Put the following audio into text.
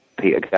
Peter